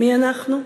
מי אנחנו,